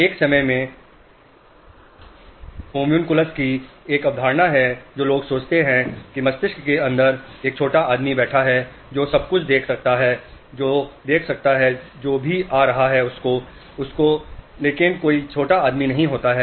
एक समय में homunculus की एक अवधारणा है जो लोग सोचते थे कि मस्तिष्क के अंदर एक छोटा आदमी बैठा है जो सब कुछ देख सकता है जो देख सकता है जो भी आ रहा है उसको लेकिन कोई छोटा आदमी नहीं है